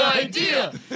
idea